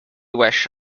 wish